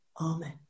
Amen